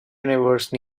universe